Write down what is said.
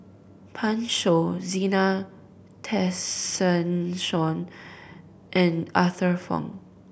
Pan Shou Zena Tessensohn and Arthur Fong